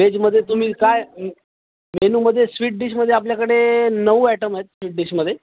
व्हेजमध्ये तुम्ही काय मेनूमध्ये स्वीट डिशमध्ये आपल्याकडे नऊ आयटम आहे स्वीट डिशमध्ये